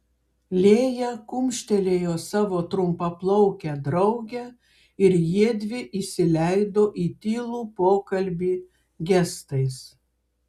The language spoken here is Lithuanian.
lėja kumštelėjo savo trumpaplaukę draugę ir jiedvi įsileido į tylų pokalbį gestais